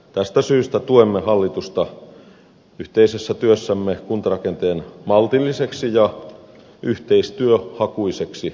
tästä syystä tuemme hallitusta yhteisessä työssämme kuntarakenteen maltilliseksi ja yhteistyöhakuiseksi uudistamiseksi